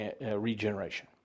regeneration